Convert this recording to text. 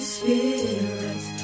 Spirit